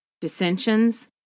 dissensions